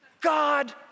God